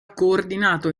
coordinato